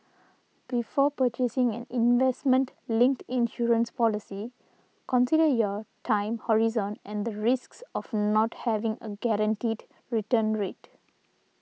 before purchasing an investment linked insurance policy consider your time horizon and the risks of not having a guaranteed return rate